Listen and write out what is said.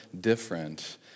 different